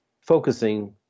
focusing